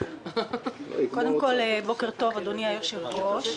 קודם כל אדוני היושב ראש,